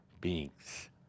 Beings